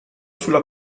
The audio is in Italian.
sulla